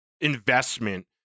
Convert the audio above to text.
investment